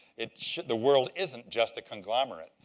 it the world isn't just a conglomerate.